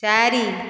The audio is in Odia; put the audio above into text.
ଚାରି